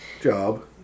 job